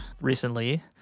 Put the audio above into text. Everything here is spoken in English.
recently